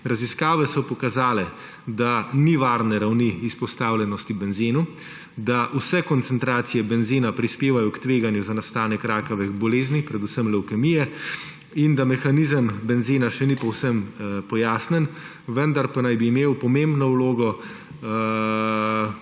Raziskave so pokazale, da ni varne ravni izpostavljenosti benzenu, da vse koncentracije benzena prispevajo k tveganju za nastanek rakavih boleznih, predvsem levkemije in da mehanizem benzena še ni povsem pojasnjen, vendar pa naj bi imel pomembno vlogo